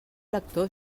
lector